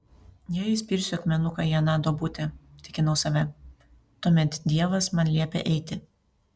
jei įspirsiu akmenuką į aną duobutę tikinau save tuomet dievas man liepia eiti